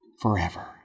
forever